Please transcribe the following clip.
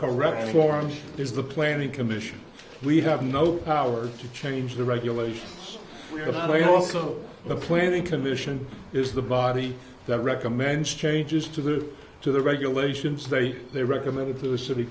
correctly orange is the planning commission we have no power to change the regulations like also the planning commission is the body that recommends changes to the to the regulations they they recommended to the city